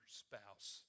spouse